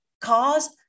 cause